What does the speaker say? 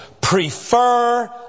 prefer